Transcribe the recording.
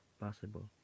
possible